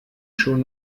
schon